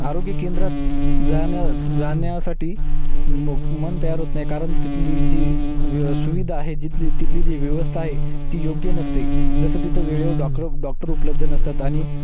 आरोग्य केंद्रात जाण्या जाण्यासाठी म मन तयार होत नाही कारण तिथली जी् सुविधा आहे जिथली तिथली जी व्यवस्था आहे ती योग्य नसते जसं तिथं वेळेवर डॉक्टर डॉक्टर उपलब्ध नसतात आणि